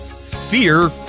Fear